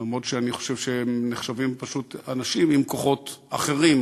למרות שאני חושב שהם פשוט אנשים עם כוחות אחרים,